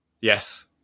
Yes